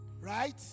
Right